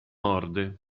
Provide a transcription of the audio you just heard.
morde